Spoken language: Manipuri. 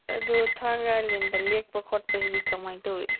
ꯑꯗꯨ ꯊꯥꯡꯒ ꯑꯥꯏꯂꯦꯟꯗ ꯂꯦꯛꯄ ꯈꯣꯠꯄꯁꯤꯗꯤ ꯀꯃꯥꯏꯅ ꯇꯧꯏ